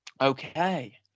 okay